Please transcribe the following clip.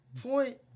Point